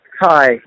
Hi